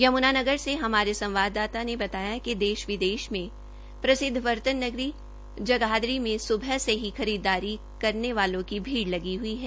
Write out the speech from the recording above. यमुनानगर से हमारे संवादाता ने बताया कि देश विदेश में प्रसिदव बर्तन नगरी जगाधरी में सुबह से ही खरीददारी करने वालों की भीड़ लगी हुई है